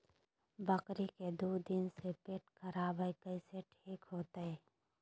बकरी के दू दिन से पेट खराब है, कैसे ठीक होतैय?